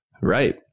Right